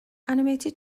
animated